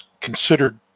considered